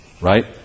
right